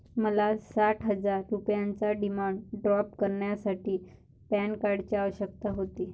मला साठ हजार रुपयांचा डिमांड ड्राफ्ट करण्यासाठी पॅन कार्डची आवश्यकता होती